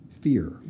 fear